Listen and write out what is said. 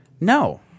No